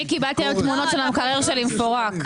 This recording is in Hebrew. אני קיבלתי היום תמונות של המקרר שלי מפורק.